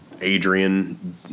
Adrian